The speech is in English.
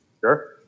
Sure